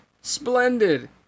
Splendid